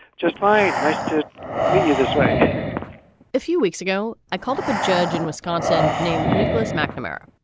just fine. nice to meet you this way a few weeks ago, i called up a judge in wisconsin named nicholas mcnamara.